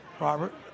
Robert